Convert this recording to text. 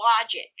logic